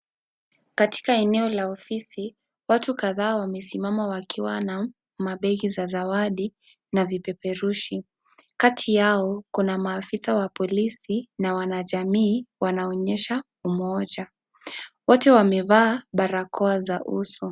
Katika eneo la ofisi, watu kadhaa wamesimama wakiwa na mabegi za zawadi na vipeperushi. Kati yao, kuna maafisa ya polisi na wanajamii wanaonyesha umoja. Wote wamevaa barakoa za uso.